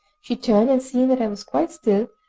she turned, and seeing that i was quite still,